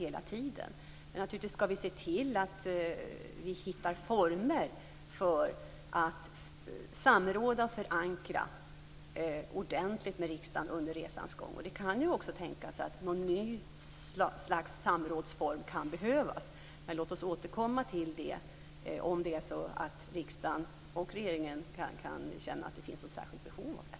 Men naturligtvis skall vi se till att vi hittar former för att under resans gång samråda och förankra ordentligt med riksdagen. Det kan också tänkas att ett nytt slags samrådsform kan behövas. Låt oss återkomma till det om riksdagen och regeringen känner att det finns ett särskilt behov av det.